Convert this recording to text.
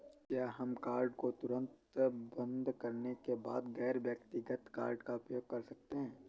क्या हम कार्ड को तुरंत बंद करने के बाद गैर व्यक्तिगत कार्ड का उपयोग कर सकते हैं?